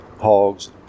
hogs